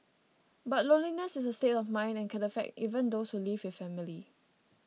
but loneliness is a state of mind and can affect even those who live with family